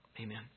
Amen